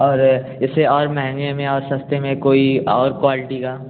और इससे और महँगे में और सस्ते में कोई और क्वालिटी का